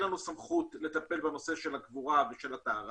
לנו סמכות לטפל בנושא של הקבורה ושל הטהרה,